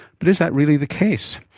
but is that really the case?